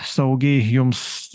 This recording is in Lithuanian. saugiai jums